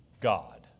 God